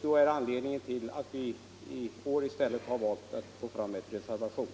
Det är anledningen till att vi i år i stället har valt att gå fram med en reservation.